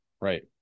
right